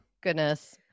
goodness